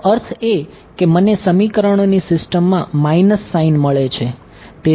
તેનો અર્થ એ કે મને સમીકરણોની સિસ્ટમમાં માઇનસ સાઇન મળશે